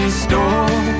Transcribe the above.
store